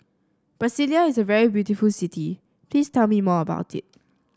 Brasilia is a very beautiful city please tell me more about it